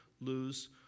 lose